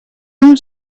comes